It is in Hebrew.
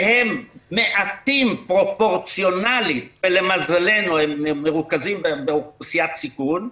שהם מעטים פרופורציונלית ולמזלנו הם מרוכזים באוכלוסיית סיכון.